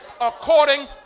according